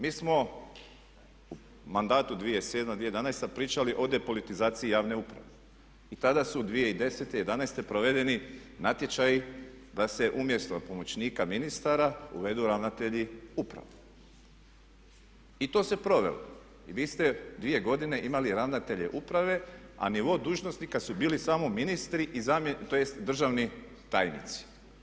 Mi smo u mandatu 2007.-2011. pričali ovdje o politizaciji javne uprave i tada su 2010., 2011. provedeni natječaji da se umjesto pomoćnika ministara uvedu ravnatelji uprave i to se provelo i vi ste dvije godine imali ravnatelje uprave a nivo dužnosnika su bili samo ministri, tj. državni tajnici.